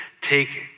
take